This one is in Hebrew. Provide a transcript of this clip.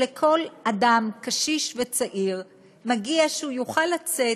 שלכל אדם, קשיש וצעיר, מגיע שיוכל לצאת,